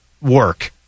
work